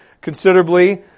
considerably